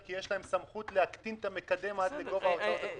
אנחנו מתמודדים אך ורק בכוחות עצמנו.